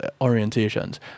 orientations